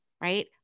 right